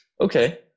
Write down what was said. Okay